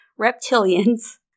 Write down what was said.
reptilians